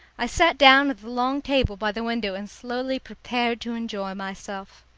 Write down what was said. i sat down at the long table by the window and slowly prepared to enjoy myself.